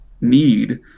need